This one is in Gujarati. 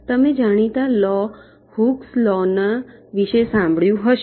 તમે જાણીતા લૉ હૂકના લૉ વિશે તો સાંભળ્યું જ હશે